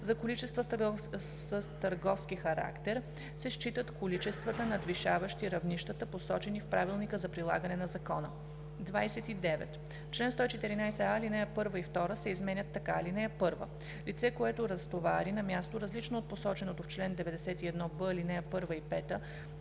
За количества с търговски характер се считат количествата, надвишаващи равнищата, посочени в правилника за прилагане на закона.“ 29. В чл. 114а ал. 1 и 2 се изменят така: „(1) Лице, което разтовари на място, различно от посоченото в чл. 91б, ал. 1 и 5,